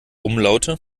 umlaute